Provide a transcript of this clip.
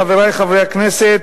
חברי חברי הכנסת,